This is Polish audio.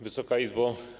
Wysoka Izbo!